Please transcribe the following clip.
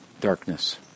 darkness